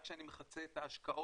רק כשאני מכסה את ההשקעות,